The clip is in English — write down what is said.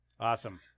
Awesome